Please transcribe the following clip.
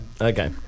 Okay